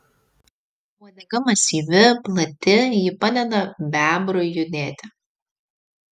uodega masyvi plati ji padeda bebrui judėti